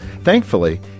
Thankfully